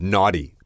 Naughty